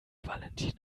valentin